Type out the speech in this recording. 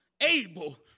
able